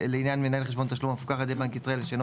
לעניין מנהל חשבון תשלום המפוקח על ידי בנק ישראל ושאינו